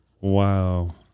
Wow